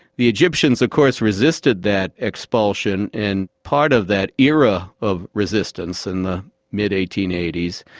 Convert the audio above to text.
the egyptians of course resisted that expulsion and part of that era of resistance in the mid eighteen eighty s,